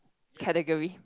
category